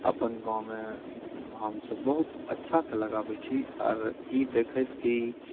अपन गाँवमे हमसब बहुत अच्छासँ लगाबैत छी आर ई देखैत की